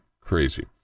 crazy